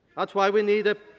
ah is why we need. it